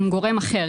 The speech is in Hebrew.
עם גורם אחר,